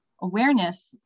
awareness